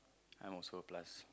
I'm also plus